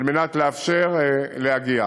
על מנת לאפשר להגיע.